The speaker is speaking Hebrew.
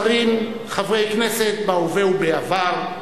שרים, חברי כנסת בהווה ובעבר,